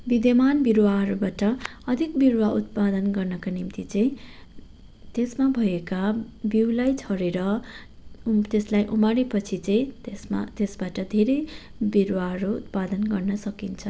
विद्यमान बिरुवाहरूबाट अधिक बिरुवा उत्पादन गर्नका निम्ति चाहिँ त्यसमा भएका बिउलाई छरेर त्यसलाई उमारे पछि चाहिँ त्यसमा त्यसबाट धेरै बिरुवाहरू उत्पादन गर्न सकिन्छ